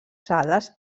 sales